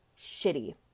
shitty